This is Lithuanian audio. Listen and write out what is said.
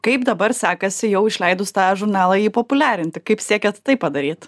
kaip dabar sekasi jau išleidus tą žurnalą jį populiarinti kaip siekiat tai padaryt